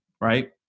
right